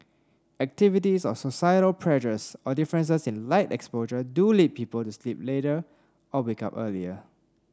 activities or societal pressures or differences in light exposure do lead people to sleep later or wake up earlier